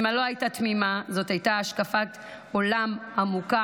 אימא לא הייתה תמימה, זאת הייתה השקפת עולם עמוקה